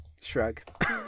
Shrug